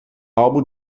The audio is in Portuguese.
álbum